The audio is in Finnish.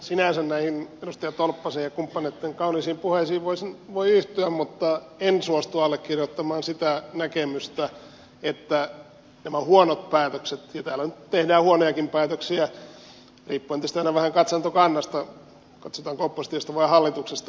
sinänsä näihin edustaja tolppasen ja kumppaneitten kauniisiin puheisiin voi yhtyä mutta en suostu allekirjoittamaan sitä näkemystä että nämä huonot päätökset ja täällä nyt tehdään huonojakin päätöksiä riippuen tietysti aina vähän katsantokannasta katsotaanko oppositiosta vai hallituksesta